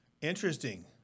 Interesting